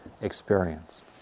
experience